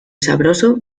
sabroso